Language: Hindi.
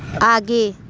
आगे